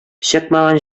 чыкмаган